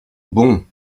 bon